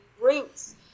roots